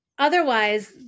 Otherwise